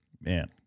man